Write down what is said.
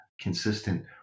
consistent